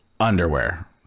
underwear